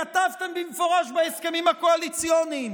כתבתם במפורש בהסכמים הקואליציוניים.